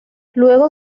luego